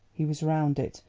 he was round it,